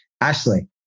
Ashley